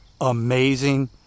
amazing